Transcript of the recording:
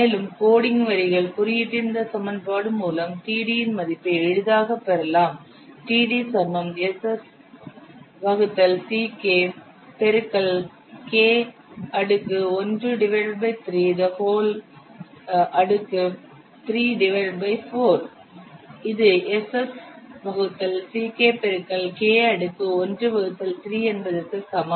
மேலும் கோடிங் வரிகள் குறியீட்டின் இந்த சமன்பாடு மூலம் td இன் மதிப்பை எளிதாக பெறலாம் இது Ss வகுத்தல் Ck பெருக்கல் k அடுக்கு 1 வகுத்தல் 3 என்பதற்கு சமம்